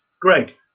Greg